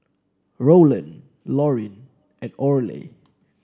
Rowland Lorin and Orley